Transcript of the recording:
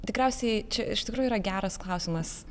tikriausiai čia iš tikrųjų yra geras klausimas